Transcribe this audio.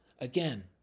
Again